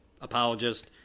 apologist